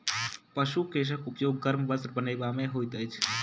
पशु केशक उपयोग गर्म वस्त्र बनयबा मे होइत अछि